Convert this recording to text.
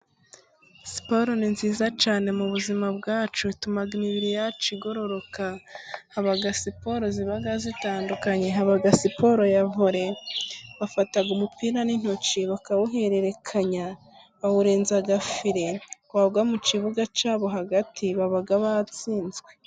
Siporo ni nziza cyane mu buzima bwacu, ituma imibiri yacu igororoka, haba siporo ziba zitandukanye, haba siporo ya Vore, bafata umupira n'intoki, bakawuhererekanya, bawurenza agafire, wagwa mu kibuga cyabo hagati baba batsinzwe.